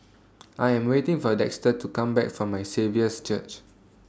I Am waiting For Dexter to Come Back from My Saviour's Church